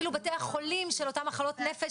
אפילו בתי החולים של אותן מחלות נפש